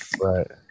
right